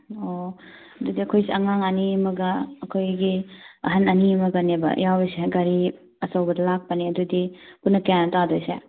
ꯑꯣ ꯑꯗꯨꯗꯤ ꯑꯩꯈꯣꯏꯁꯦ ꯑꯉꯥꯡ ꯑꯅꯤ ꯑꯃꯒ ꯑꯩꯈꯣꯏꯒꯤ ꯑꯍꯜ ꯑꯅꯤ ꯑꯃꯒꯅꯦꯕ ꯌꯥꯎꯔꯤꯁꯦ ꯒꯥꯔꯤ ꯑꯆꯧꯕꯗ ꯂꯥꯛꯄꯅꯦ ꯑꯗꯨꯗꯤ ꯄꯨꯟꯅ ꯀꯌꯥꯅꯣ ꯇꯥꯗꯣꯏꯁꯦ